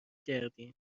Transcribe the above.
کردیم